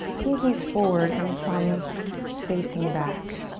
pinkies forward and thumbs facing back.